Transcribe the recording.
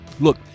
Look